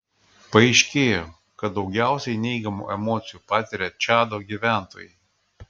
paaiškėjo kad daugiausiai neigiamų emocijų patiria čado gyventojai